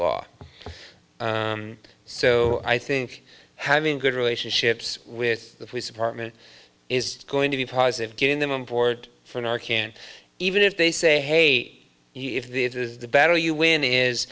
law so i think having good relationships with the police department is going to be positive getting them on board for our can't even if they say hate you if this is the battle you win is